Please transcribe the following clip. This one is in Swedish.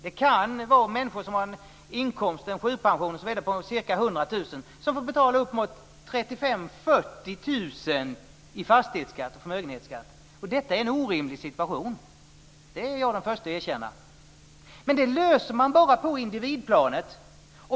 Det kan gälla människor vars inkomst är en sjukpension på ca 100 000 kronor och som får betala uppemot 35 000-40 000 kr i fastighetsskatt och förmögenhetsskatt. Det är en orimlig situation; det är jag den förste att erkänna. Men detta löser man bara på individplanet.